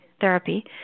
therapy